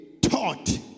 taught